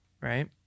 Right